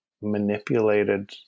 manipulated